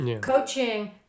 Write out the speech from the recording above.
coaching